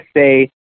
say